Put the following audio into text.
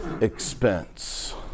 expense